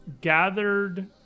gathered